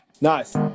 nice